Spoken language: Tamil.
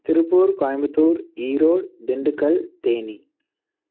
திருப்பூர் கோயம்புத்தூர் ஈரோடு திண்டுக்கல் தேனி